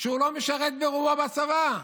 שהוא לא משרת ברובו בצבא.